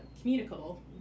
communicable